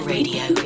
Radio